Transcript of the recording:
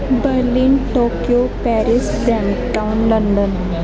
Berlin Tokyo Paris Brampton London